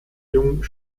jung